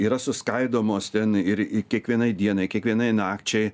yra suskaidomos ten ir į kiekvienai dienai kiekvienai nakčiai